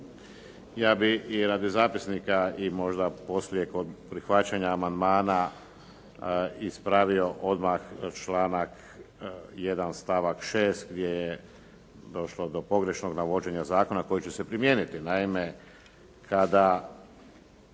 Ja bih i radi zapisnika i možda poslije kod prihvaćanja amandmana, ispravio odmah članak 1. stavak 6. gdje je došlo do pogrešnog navođenja zakona koji će se primijeniti.